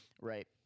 Right